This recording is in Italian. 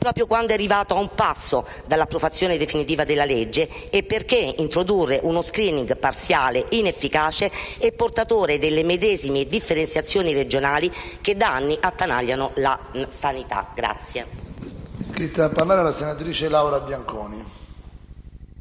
proprio quando è arrivato a un passo dall'approvazione definitiva della legge? Perché introdurre uno *screening* parziale, inefficace e portatore delle medesime differenziazioni regionali che da anni attanagliano la sanità?